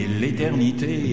l'éternité